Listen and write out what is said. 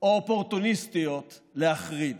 או אופורטוניסטיות להחריד.